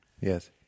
Yes